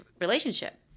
relationship